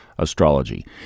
Astrology